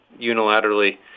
unilaterally